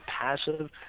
passive